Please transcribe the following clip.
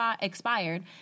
expired